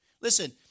Listen